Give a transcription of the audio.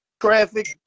Traffic